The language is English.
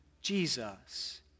Jesus